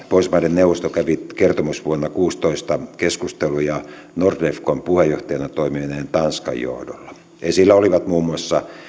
neuvosto kävi kertomusvuonna kuusitoista keskusteluja nordefcon puheenjohtajana toimineen tanskan johdolla esillä olivat muun muassa